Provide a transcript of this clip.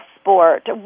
Sport